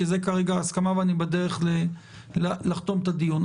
כי זו כרגע ההסכמה ואני בדרך לחתום את הדיון.